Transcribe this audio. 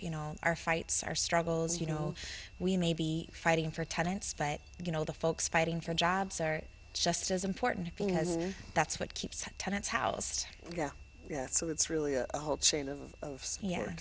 you know our fights our struggles you know we may be fighting for tenants but you know the folks fighting for jobs are just as important thing and that's what keeps tenants house yeah yeah so that's really a whole chain of